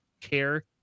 care